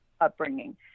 upbringing